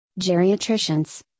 geriatricians